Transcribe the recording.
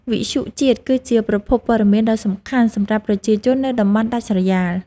វិទ្យុជាតិគឺជាប្រភពព័ត៌មានដ៏សំខាន់សម្រាប់ប្រជាជននៅតំបន់ដាច់ស្រយាល។